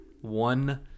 one